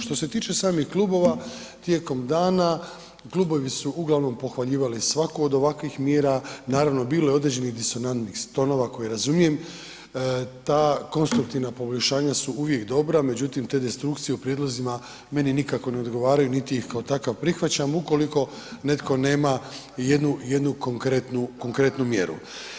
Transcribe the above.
Što se tiče samih klubova tijekom dana, klubovi su uglavnom pohvaljivali svaku od ovakvih mjera, naravno bilo je određenih disonantnih tonova koje razumijem, ta konstruktivna poboljšanja su uvijek dobra, međutim te destrukcije u prijedlozima meni nikako ne odgovaraju, niti ih kao takav prihvaćam ukoliko netko nema ni jednu, jednu konkretnu, konkretnu mjeru.